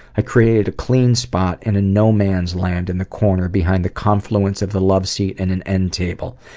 i created a clean spot and a no-man's land in the corner behind the confluence of the love seat and an end table.